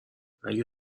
اگر